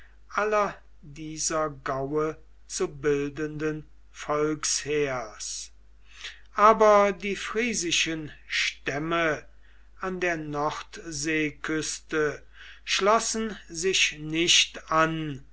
aller dieser gaue zu bildenden volksheers aber die friesischen stämme an der nordseeküste schlossen sich nicht an